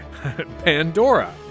Pandora